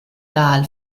dahl